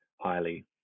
highly